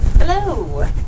Hello